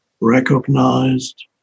recognized